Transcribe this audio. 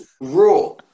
Raw